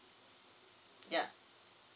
yup